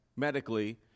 medically